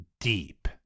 deep